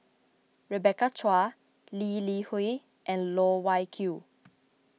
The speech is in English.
Rebecca Chua Lee Li Hui and Loh Wai Kiew